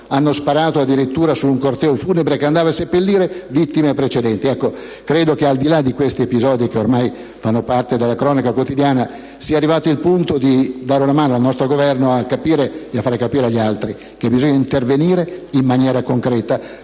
hanno sparato addirittura su un corteo funebre che andava a seppellire vittime precedenti. Al di là di questi episodi, che ormai fanno parte della cronaca quotidiana, credo sia arrivato il momento di dare una mano al nostro Governo a capire, e a far capire agli altri, che bisogna intervenire in maniera concreta,